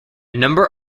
number